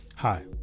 Hi